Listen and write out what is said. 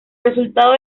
resultado